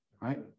Right